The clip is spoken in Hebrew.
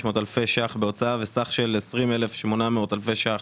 אלפי ש"ח בהוצאה וסך של 20,800 אלפי ש"ח